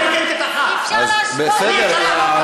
חברת הכנסת ברקו, מספיק.